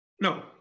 No